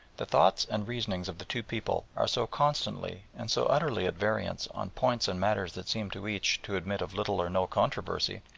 the thoughts and reasonings of the two peoples are so constantly and so utterly at variance on points and matters that seem to each to admit of little or no controversy,